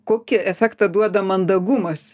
kokį efektą duoda mandagumas